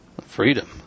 Freedom